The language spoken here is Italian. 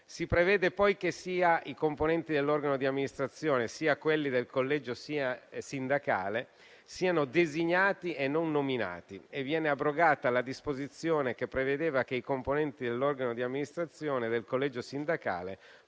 Si prevede poi che sia i componenti dell'organo di amministrazione, sia quelli del collegio sindacale siano designati e non nominati e viene abrogata la disposizione che prevedeva che i componenti dell'organo di amministrazione del collegio sindacale